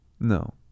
No